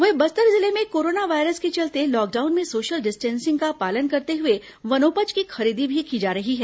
वहीं बस्तर जिले में कोरोना वायरस के चलते लॉकडाउन में सोशल डिस्टेंसिंग का पालन करते हुए वनोपज की खरीदी की जा रही है